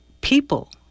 people